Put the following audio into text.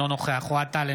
אינו נוכח אוהד טל,